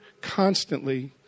constantly